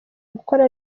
gukora